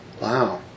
Wow